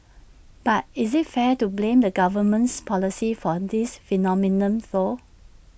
but is IT fair to blame the government's policy for this phenomenon though